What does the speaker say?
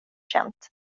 känt